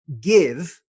give